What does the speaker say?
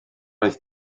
oedd